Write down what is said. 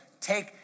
take